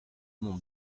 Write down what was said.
mon